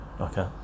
okay